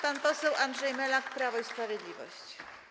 Pan poseł Andrzej Melak, Prawo i Sprawiedliwość.